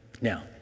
Now